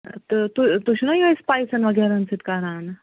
تہٕ تُہۍ تُہۍ چھِو نہَ یِہےَ سُپایسَن وغیراہن سۭتۍ کَران